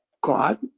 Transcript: God